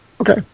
Okay